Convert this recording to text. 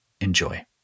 enjoy